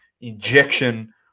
injection